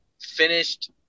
finished